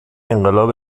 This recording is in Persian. انقلاب